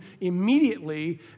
immediately